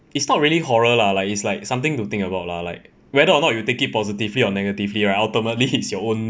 it's not really horror lah like it's like something to think about lah like whether or not you take it positively or negatively right ultimately it's your own